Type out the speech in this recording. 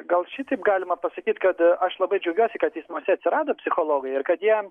gal šitaip galima pasakyti kad aš labai džiaugiuosi kad teismuose atsirado psichologai ir kad jiems